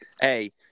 Hey